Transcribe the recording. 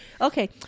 Okay